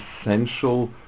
essential